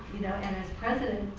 you know, and as president